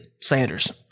Sanders